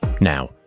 Now